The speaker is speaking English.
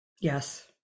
Yes